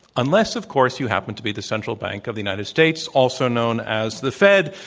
ah nless, of course, you happen to be the central bank of the united states, also known as the fed,